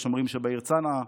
יש אומרים שבעיר צנעא.